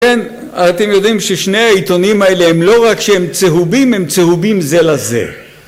אתם יודעים ששני העיתונים האלה הם לא רק שהם צהובים, הם צהובים זה לזה.